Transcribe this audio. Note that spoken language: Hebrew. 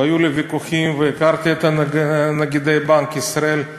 והיו לי ויכוחים, והכרתי את נגידי בנק ישראל,